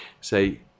Say